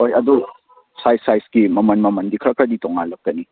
ꯍꯣꯏ ꯑꯗꯨ ꯁꯥꯏꯖ ꯁꯥꯏꯖꯀꯤ ꯃꯃꯜ ꯃꯃꯜꯗꯤ ꯈꯔ ꯈꯔꯗꯤ ꯇꯣꯡꯉꯥꯟꯂꯛꯀꯅꯤ